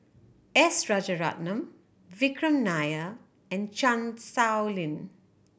S Rajaratnam Vikram Nair and Chan Sow Lin